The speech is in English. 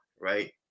right